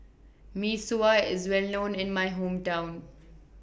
Mee Sua IS Well known in My Hometown